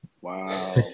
Wow